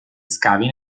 scavi